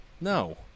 No